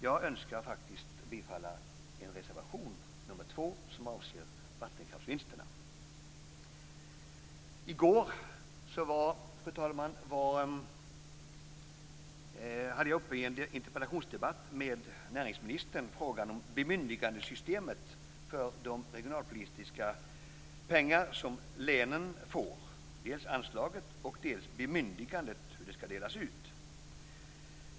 Jag yrkar bifall till reservation 2, som avser vattenkraftsvinsterna. I går tog jag, fru talman, i en interpellationsdebatt med näringsministern upp frågan om bemyndigandesystemet när det gäller de regionalpolitiska pengar som länen får. Det gällde dels anslaget, dels bemyndigandet - hur pengarna ska delas ut.